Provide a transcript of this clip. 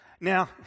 Now